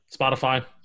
Spotify